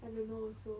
I don't know also